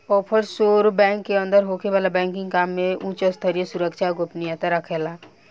offshore bank के अंदर होखे वाला बैंकिंग काम में उच स्तरीय सुरक्षा आ गोपनीयता राखाला